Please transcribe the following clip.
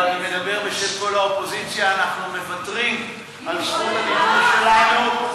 אבל אני מדבר בשם כל האופוזיציה: אנחנו מוותרים על זכות הדיבור שלנו.